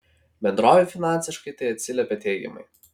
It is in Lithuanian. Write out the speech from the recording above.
bendrovei finansiškai tai atsiliepė teigiamai